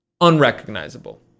unrecognizable